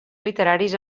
literaris